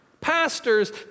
pastors